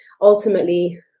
ultimately